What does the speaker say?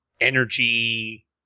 energy